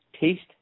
taste